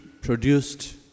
produced